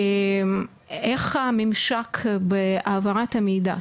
איך הממשק בהעברת המידע?